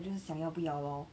就是想要不要 lor